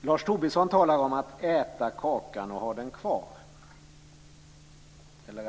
Lars Tobisson talar om att man inte kan äta kakan och ha den kvar. Sedan